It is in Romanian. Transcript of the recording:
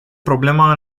problema